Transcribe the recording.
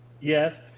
Yes